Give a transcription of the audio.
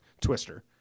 twister